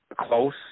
close